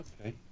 okay